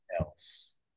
else